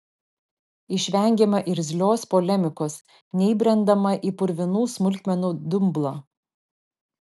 išvengiama irzlios polemikos neįbrendama į purvinų smulkmenų dumblą